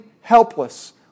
helpless